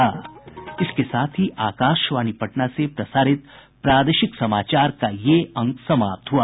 इसके साथ ही आकाशवाणी पटना से प्रसारित प्रादेशिक समाचार का ये अंक समाप्त हुआ